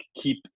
keep